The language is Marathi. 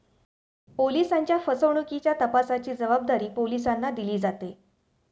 ओलिसांच्या फसवणुकीच्या तपासाची जबाबदारी पोलिसांना दिली जाते